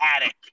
attic